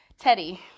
Teddy